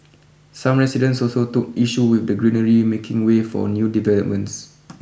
some residents also took issue with the greenery making way for new developments